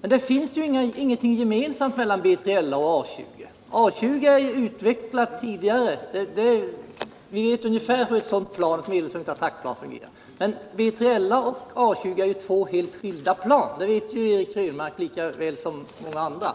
Men det finns ju inget gemensamt mellan B3LA och A 20! A 20 är utvecklat redan tidigare — vi vet ungefär hur ett sådant plan fungerar. BILA och A 20 är två helt skilda plan, det vet Eric Krönmark lika väl som många andra.